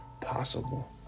possible